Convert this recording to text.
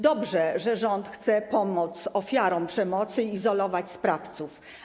Dobrze, że rząd chce pomóc ofiarom przemocy i izolować sprawców.